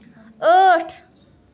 ٲٹھ